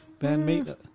bandmate